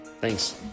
Thanks